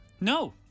No